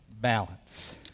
balance